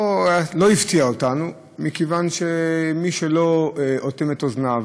לא הפתיע אותנו, מכיוון שמי שלא אוטם את אוזניו